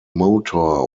motor